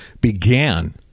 began